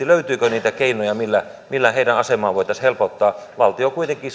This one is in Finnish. löytyykö niitä keinoja millä millä heidän asemaansa voitaisiin helpottaa perijät kuitenkin